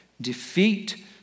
defeat